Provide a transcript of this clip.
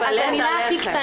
את לא משקשקת?